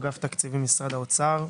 אגף תקציבים משרד האוצר,